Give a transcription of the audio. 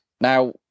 Now